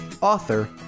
author